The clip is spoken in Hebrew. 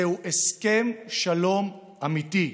זהו הסכם שלום אמיתי: